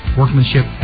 workmanship